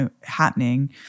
happening